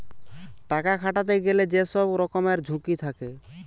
টাকা খাটাতে গেলে যে সব রকমের ঝুঁকি থাকে